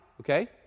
okay